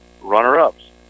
Runner-Ups